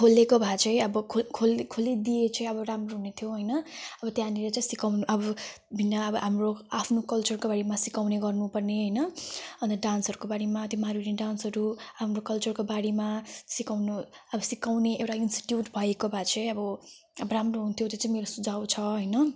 अब खोलेको भए चाहिँ अब खोल खोलिदिए चाहिँ अब राम्रो हुने थियो होइन अब त्यहाँनेर चाहिँ सिकाउन अब भिन्न अब हाम्रो आफ्नो कल्चरको बारेमा सिकाउने गर्नु पर्ने होइन अन्त डान्सहरूको बारेमा मारुनी डान्सहरू हाम्रो कल्चरको बारेमा सिकाउनु सिकाउने एउटा इन्स्टिच्युट भएको भए चाहिँ अब राम्रो हुन्थ्यो त्यो चाहिँ मेरो सुझाउ छ होइन